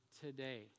today